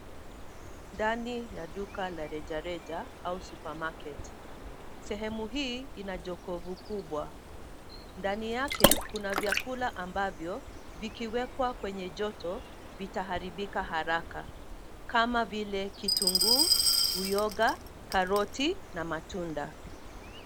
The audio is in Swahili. Ndani ya duka la rejareja au supermarket . Sehemu hii ina jokofu kubwa, ndani yake kuna vyakula ambavyo vikiwekwa kwenye joto vitaharibika haraka kama vile kitunguu, uyoga, karoti na matunda.